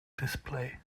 display